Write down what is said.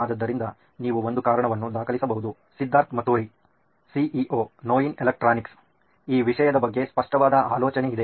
ಆದ್ದರಿಂದ ನೀವು ಒಂದು ಕಾರಣವನ್ನು ದಾಖಲಿಸಬಹುದು ಸಿದ್ಧಾರ್ಥ್ ಮತುರಿ ಸಿಇಒ ನೋಯಿನ್ ಎಲೆಕ್ಟ್ರಾನಿಕ್ಸ್ ಈ ವಿಷಯದ ಬಗ್ಗೆ ಸ್ಪಷ್ಟವಾದ ಆಲೋಚನೆ ಇದೆ